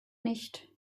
nicht